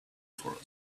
for